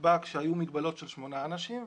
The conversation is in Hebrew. נקבע כשהיו מגבלות של שמונה אנשים,